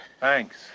Thanks